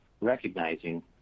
recognizing